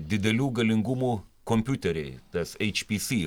didelių galingumų kompiuteriai tas hpc